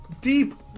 deep